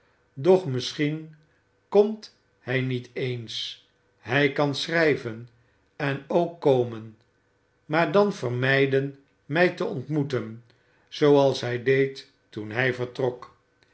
doch misschien komt hij niet eens hij kan schrijven en ook komen maar dan vermijden mij te ontmoeten zooals hij deed toen hij vertrok